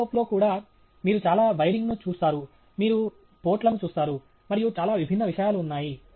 టెలిస్కోప్లో కూడా మీరు చాలా వైరింగ్ను చూస్తారు మీరు పోర్ట్ లను చూస్తారు మరియు చాలా విభిన్న విషయాలు ఉన్నాయి